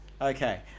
Okay